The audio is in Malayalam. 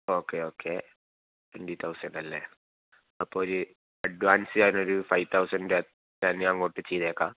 ഓക്കേ ഓക്കേ ട്വൻ്റി തൗസൻ്റ് അല്ലെ അപ്പോൾ ഒരു അഡ്വാൻസ് ഞാൻ ഒരു ഫൈവ് തൗസൻ്റ് ഞാൻ അങ്ങോട്ട് ചെയ്തേക്കാം